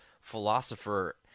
philosopher